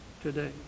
today